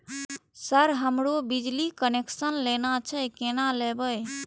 Sir हमरो बिजली connection लेना छे केना लेबे?